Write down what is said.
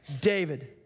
David